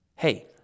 Hey